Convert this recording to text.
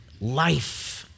life